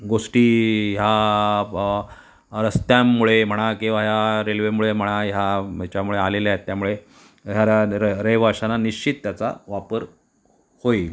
गोष्टी ह्या रस्त्यांमुळे म्हणा किंवा या रेल्वेमुळे म्हणा ह्या ह्याच्यामुळे आलेल्या आहेत त्यामुळे ह्या र रहिवाशांना निश्चित त्याचा वापर होईल